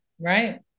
Right